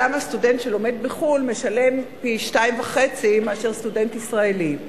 למה סטודנט שלומד בחו"ל משלם פי-2.5 מסטודנט ישראלי.